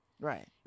Right